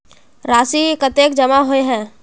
राशि कतेक जमा होय है?